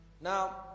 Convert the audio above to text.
Now